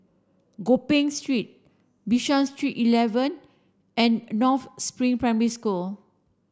Gopeng Street Bishan Street eleven and North Spring Primary School